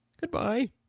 Goodbye